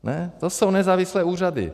To jsou nezávislé úřady.